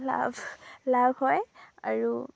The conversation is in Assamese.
লাভ লাভ হয় আৰু